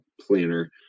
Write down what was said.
planner